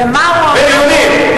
בין-לאומית.